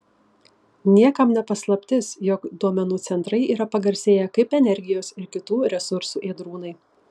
niekam ne paslaptis jog duomenų centrai yra pagarsėję kaip energijos ir kitų resursų ėdrūnai